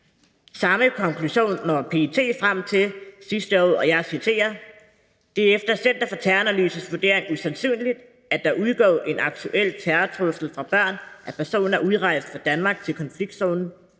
Samme konklusion nåede PET frem til sidste år, og jeg citerer: Det er efter Center for Terroranalyses vurdering usandsynligt, at der udgår en aktuel terrortrussel fra børn af personer udrejst fra Danmark til konfliktzonen.